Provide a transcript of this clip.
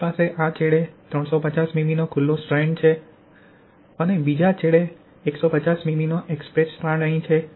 આપણી પાસે આ છેડે 350 મીમીનો ખુલ્લો સ્ટ્રેન્ડ છે અને બીજો છેડા પર 150 મીમીનો એક્સપ્રેસ સ્ટ્રાન્ડ અહીં છે